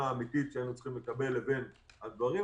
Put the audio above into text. האמיתית שהיינו צריכים לקבל לבין מה שנתקבל,